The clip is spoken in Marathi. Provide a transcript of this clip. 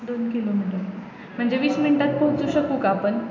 दोन किलोमीटर म्हणजे वीस मिनटात पोहोचू शकू का आपण